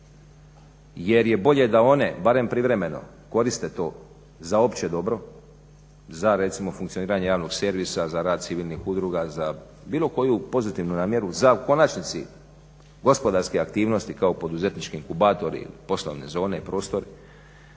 jer je bolje da one barem privremeno koriste to za opće dobro, za recimo funkcioniranje javnog servisa, za rad civilnih udruga, za bilo koju pozitivnu namjeru, za u konačnici gospodarske aktivnosti kao poduzetnički inkubatori, poslovne zone i prostori.